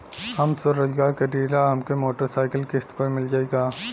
हम स्वरोजगार करीला हमके मोटर साईकिल किस्त पर मिल जाई का?